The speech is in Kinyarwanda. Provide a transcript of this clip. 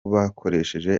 bakoresheje